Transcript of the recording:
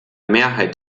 mehrheit